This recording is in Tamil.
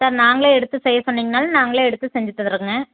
சார் நாங்களே எடுத்து செய்ய சொன்னிங்கனாலும் நாங்களே எடுத்துச் செஞ்சித் தர்றோம்ங்க